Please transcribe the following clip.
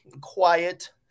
quiet